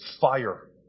fire